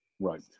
Right